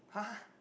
!huh!